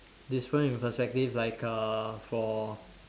difference in perspective like uh for